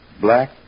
black